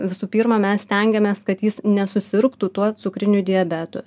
visų pirma mes stengiamės kad jis nesusirgtų tuo cukriniu diabetu